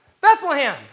Bethlehem